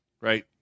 right